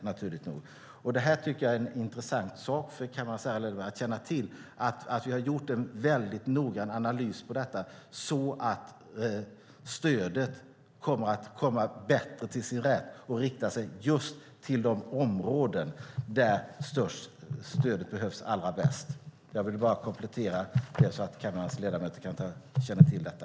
Jag tycker att det är intressant för kammarens ärade ledamöter att känna till att vi har gjort en noggrann analys på detta så att stödet ska komma bättre till sin rätt och rikta sig just till de områden där stödet behövs allra bäst. Jag ville bara komplettera så att kammarens ledamöter känner till detta.